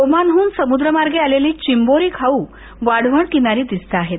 Oman हुन समुद्र मार्गे आलेले चिंबोरी खाऊ वाढवण किनारी दिसताहेत